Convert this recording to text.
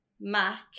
Mac